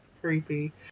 Creepy